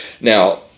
now